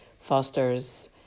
fosters